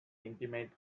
intimate